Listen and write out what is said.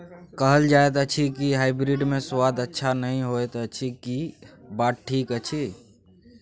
कहल जायत अछि की हाइब्रिड मे स्वाद अच्छा नही होयत अछि, की इ बात ठीक अछि?